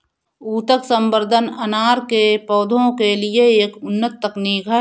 ऊतक संवर्धन अनार के पौधों के लिए एक उन्नत तकनीक है